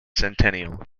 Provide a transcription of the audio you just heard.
centennial